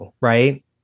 right